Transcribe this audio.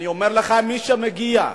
שמי שמגיע,